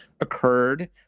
occurred